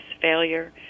failure